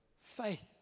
faith